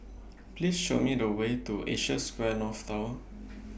Please Show Me The Way to Asia Square North Tower